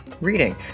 Reading